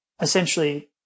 essentially